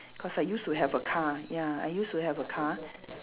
cause I used to have a car ya I used to have a car